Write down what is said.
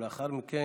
לאחר מכן,